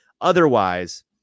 Otherwise